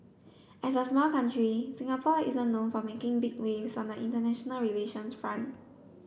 as a small country Singapore isn't known for making big waves on the international relations front